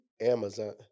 Amazon